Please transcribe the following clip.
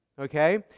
Okay